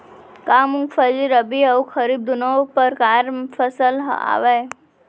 का मूंगफली रबि अऊ खरीफ दूनो परकार फसल आवय?